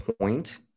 point